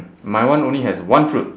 my one only has one fruit